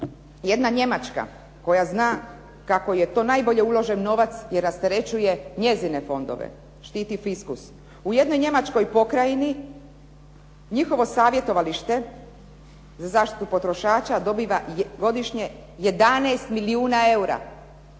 Jedna Njemačka koja zna kako je to najbolje uložen novac jer rasterećuje njezine fondove štiti fiskus. U jednoj njemačkoj pokrajini njihovo savjetovalište za zaštitu potrošača dobiva godišnje 11 milijuna eura